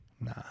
Nah